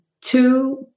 two